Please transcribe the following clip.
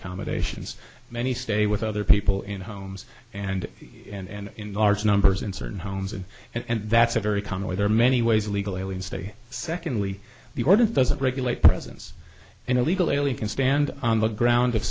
accommodations many stay with other people in homes and and in large numbers in certain homes and and that's a very common way there are many ways illegal alien stay secondly the order doesn't regulate presence and illegal alien can stand on the ground